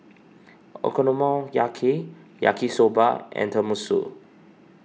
Okonomiyaki Yaki Soba and Tenmusu